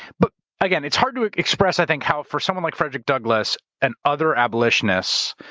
but again, it's hard to express, i think, how for someone like frederick douglass and other abolitionists,